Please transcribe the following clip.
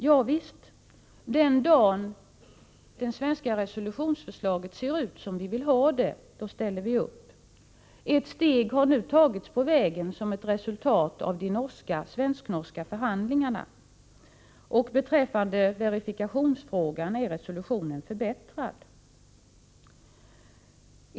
Ja visst, den dagen det svenska resolutionsförslaget ser ut som vi vill ha det ställer vi upp. Ett steg har nu tagits på vägen som ett resultat av de svensk-norska förhandlingarna. Beträffande verifikationsfrågan är resolutionen förbättrad.